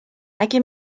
اگه